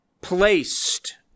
placed